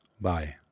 Bye